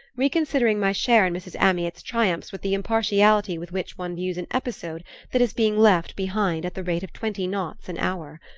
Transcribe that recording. reconsidering my share in mrs. amyot's triumphs with the impartiality with which one views an episode that is being left behind at the rate of twenty knots an hour.